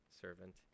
servant